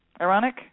Ironic